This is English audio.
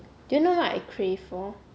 do you know what I crave for